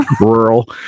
rural